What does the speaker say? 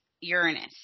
Uranus